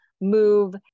move